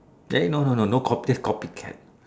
then no no no no no copy that's copycat